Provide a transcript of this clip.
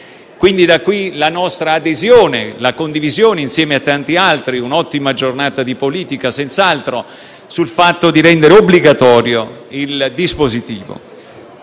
deriva la nostra adesione, la condivisione, insieme a tanti altri, di un'ottima giornata di politica e della necessità di rendere obbligatorio il dispositivo.